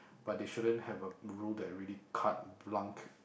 but they shouldn't have a rule that really cut blanc